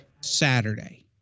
Saturday